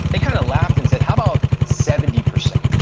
they kind of laughed and said, how about seventy percent?